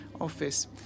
office